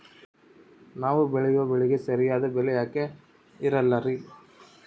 ನಾವು ಬೆಳೆಯುವ ಬೆಳೆಗೆ ಸರಿಯಾದ ಬೆಲೆ ಯಾಕೆ ಇರಲ್ಲಾರಿ?